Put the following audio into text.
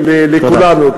לכולנו,